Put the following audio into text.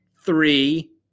three